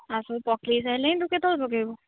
ଆଉ ସବୁ ପକାଇ ସାରିଲାଣି ତୁ କେତେବେଳେ ପକାଇବୁ